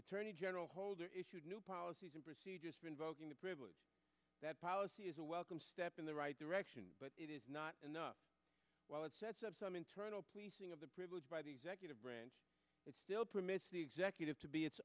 attorney general holder issued new policies and procedures for invoking the privilege that policy is a welcome step in the right direction but it is not enough while it sets up some internal policing of the privilege by the executive branch it still permits the executive to be its